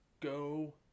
go